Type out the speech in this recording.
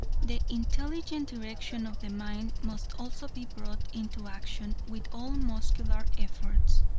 the intelligent direction of the mind must also be brought into action with all muscular efforts.